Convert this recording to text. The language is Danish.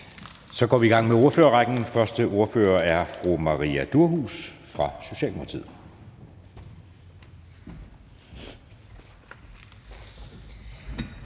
Så går vi i gang med ordførerrækken, og den første ordfører er fru Maria Durhuus fra Socialdemokratiet.